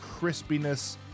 crispiness